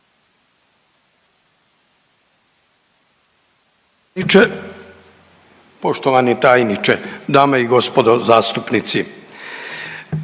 poštovani tajniče, dame i gospodo zastupnici.